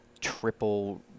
triple